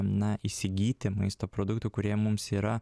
na įsigyti maisto produktų kurie mums yra